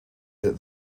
that